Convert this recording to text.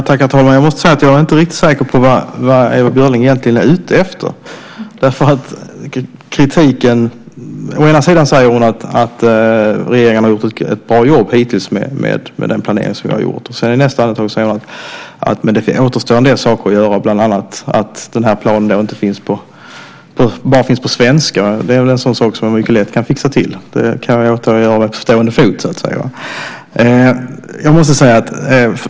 Herr talman! Jag är inte riktigt säker på vad Ewa Björling egentligen är ute efter. Först säger hon att regeringen har gjort ett bra jobb hittills med den planering som vi har gjort. I nästa andetag säger hon att det återstår en del saker att göra, bland annat finns den här planen bara på svenska. Det är en sak som vi mycket lätt kan fixa till. Det kan vi åta oss att göra på stående fot.